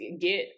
Get